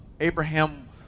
Abraham